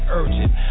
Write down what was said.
urgent